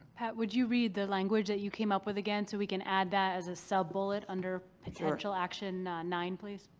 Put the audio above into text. pat, would you read the language that you came up with again so we can add that as a sub-bullet under potential action nine please.